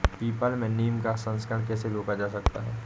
People में नीम का संकरण कैसे रोका जा सकता है?